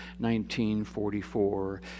1944